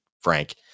frank